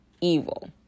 evil